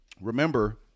remember